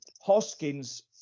Hoskins